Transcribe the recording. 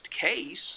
case